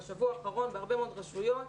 בשבוע אחרון בהרבה מאוד רשויות,